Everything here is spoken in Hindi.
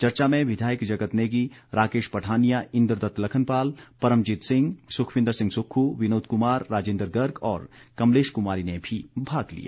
चर्चा में विधायक जगत नेगी राकेश पठानिया इंद्र दत्त लखनपाल परमजीत सिंह सुखविंदर सिंह सुक्खू विनोद कुमार राजिंदर गर्ग और कमलेश कुमारी ने भी भाग लिया